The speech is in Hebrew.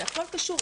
זה הכול קשור.